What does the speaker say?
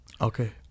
Okay